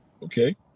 Okay